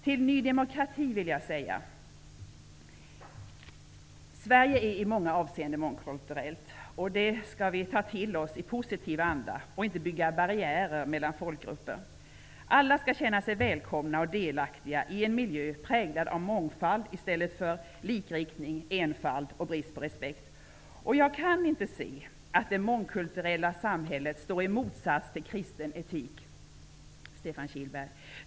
Till Ny demokrati vill jag säga: Sverige är ett i många avseenden mångkulturellt land. Det skall vi ta till oss i positiv anda och inte bygga barriärer mellan folkgrupper. Alla skall känna sig välkomna och delaktiga i en miljö präglad av mångfald i stället för likriktning, enfald och brist på respekt. Jag kan inte se, Stefan Kihlberg, att det mångkulturella samhället står i motsatsställning till kristen etik.